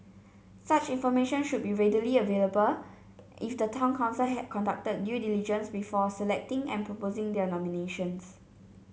such information should be readily available if the town council had conducted due diligence before selecting and proposing their nominations